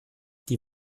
die